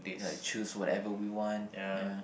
like choose whatever we want ya